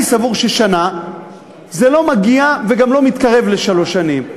אני סבור ששנה זה לא מגיע וגם לא מתקרב לשלוש שנים.